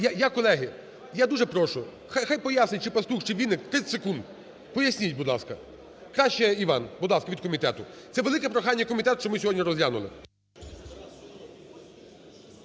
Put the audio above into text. Я, колеги, я дуже прошу, хай пояснить чи Пастух, чи Вінник. 30 секунд. Поясніть, будь ласка. Краще Іван. Будь ласка, від комітету. Це велике прохання комітету, щоб ми сьогодні розглянули.